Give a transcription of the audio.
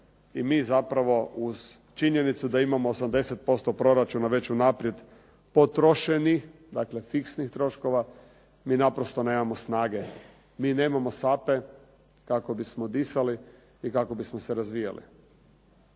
I mi zapravo uz činjenicu da imamo 80% proračuna već unaprijed potrošeni, dakle fiksnih troškova, mi naprosto nemamo snage, mi nemamo sape kako bismo disali i kako bismo se razvijali.